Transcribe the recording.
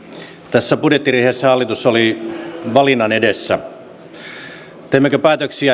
tässä budjettiriihessä hallitus oli valinnan edessä teemmekö päätöksiä